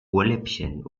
ohrläppchen